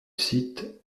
site